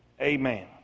amen